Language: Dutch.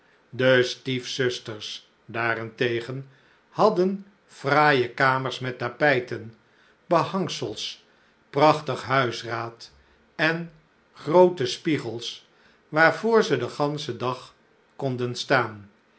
de stiefzusters daarentegen hadden fraaije kamers met tapijten behangsels prachtig huisraad en groote spiegels waarvoor ze den ganschen dag konden staan